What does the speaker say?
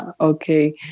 okay